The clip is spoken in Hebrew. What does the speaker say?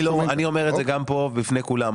אני אומר גם כאן בפני כולם.